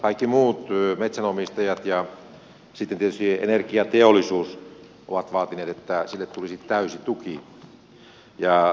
kaikki muut metsänomistajat ja sitten tietysti energiateollisuus ovat vaatineet että sille tulisi täysi tuki